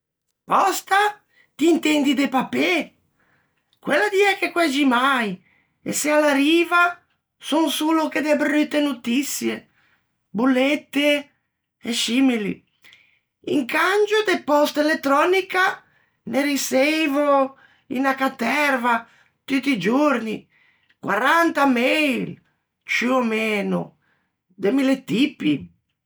Pòsta ti intendi de papê? Quella diæ che quæxi mai, e se a l'arriva, son solo che de brutte notiçie, bollette e scimili. Incangio de pòsta elettrònica ne riçeivo unna caterva tutti i giorni, quaranta mail, ciù ò meno, de mille tipi.